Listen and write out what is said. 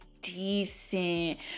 decent